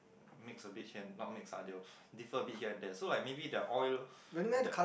mix a bit here and not mix lah they'll differ a bit here and there so like maybe the oil that